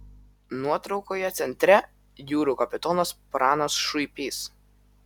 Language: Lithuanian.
nuotraukoje centre jūrų kapitonas pranas šuipys